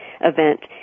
event